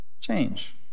change